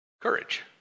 Courage